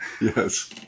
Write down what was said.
Yes